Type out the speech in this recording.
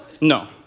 No